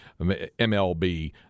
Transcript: MLB